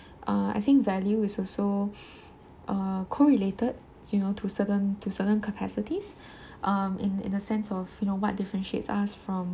err I think value is also uh correlated you know to certain to certain capacities um in in a sense of you know what differentiate us from